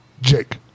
Jake